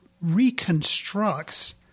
reconstructs